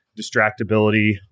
distractibility